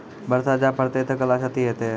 बरसा जा पढ़ते थे कला क्षति हेतै है?